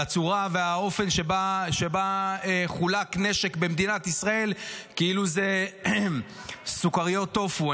הצורה והאופן שבהם חולק נשק במדינת ישראל כאילו זה סוכריות טופי.